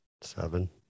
Seven